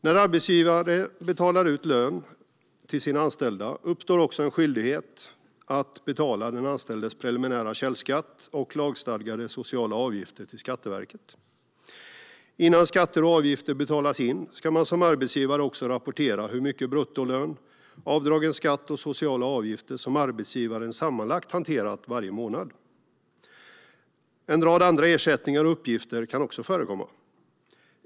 När arbetsgivare betalar ut lön till sina anställda uppstår också en skyldighet att betala den anställdes preliminära källskatt och lagstadgade sociala avgifter till Skatteverket. Innan skatter och avgifter betalas in ska man som arbetsgivare också rapportera hur mycket bruttolön, avdragen skatt och sociala avgifter som arbetsgivaren sammanlagt har hanterat varje månad. En rad andra ersättningar och uppgifter kan också förekomma.